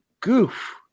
Goof